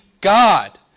God